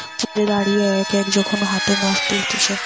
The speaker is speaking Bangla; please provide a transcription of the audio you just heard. পুকুরে দাঁড়িয়ে এক এক যখন হাতে মাছ তুলতিছে